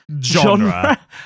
Genre